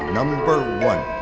number one